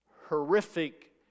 horrific